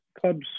clubs